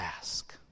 ask